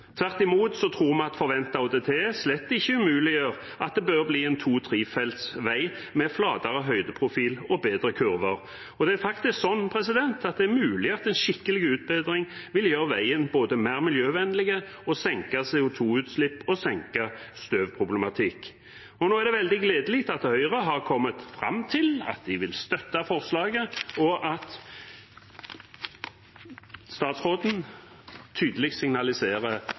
Tvert imot tror vi at forventet ÅDT slett ikke umuliggjør at det blir en to-/trefelts vei med flatere høydeprofil og bedre kurver. Det er faktisk sånn at det er mulig at en skikkelig utbedring vil gjøre veien mer miljøvennlig og senke CO 2 -utslipp og støvproblematikk. Nå er det veldig gledelig at Høyre har kommet fram til at de vil støtte forslaget, og at statsråden tydelig signaliserer